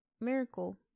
miracle